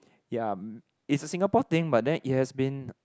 ya it's a Singapore thing but then it has been